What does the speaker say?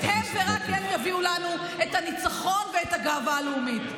הם ורק הם יביאו לנו את הניצחון ואת הגאווה הלאומית.